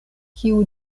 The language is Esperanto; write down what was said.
kiu